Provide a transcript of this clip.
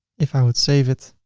if i would save it,